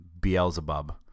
Beelzebub